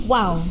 Wow